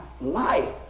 life